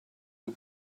you